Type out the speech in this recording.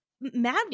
mad